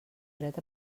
dret